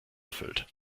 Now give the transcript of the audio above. erfüllt